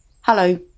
Hello